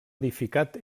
edificat